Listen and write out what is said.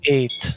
Eight